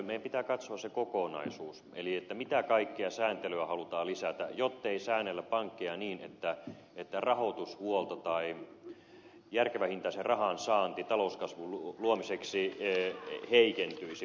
meidän pitää katsoa se kokonaisuus eli mitä kaikkea sääntelyä halutaan lisätä jottei säännellä pankkeja niin että rahoitushuolto tai järkevänhintaisen rahan saanti talouskasvun luomiseksi heikentyisi